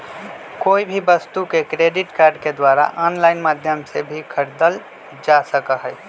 कोई भी वस्तु के क्रेडिट कार्ड के द्वारा आन्लाइन माध्यम से भी खरीदल जा सका हई